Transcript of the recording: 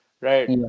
right